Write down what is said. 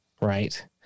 right